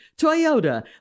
Toyota